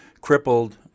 crippled